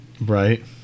Right